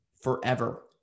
forever